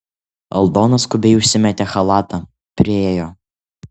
aldona skubiai užsimetė chalatą priėjo